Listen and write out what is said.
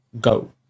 go